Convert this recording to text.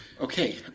Okay